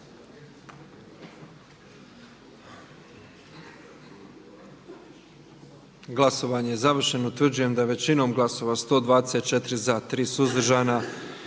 Glasovanje je završeno. Utvrđujem da smo većinom glasova 122 glasova za, 1 suzdržana